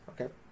Okay